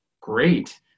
great